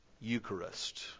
Eucharist